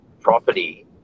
property